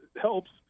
helps